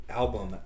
album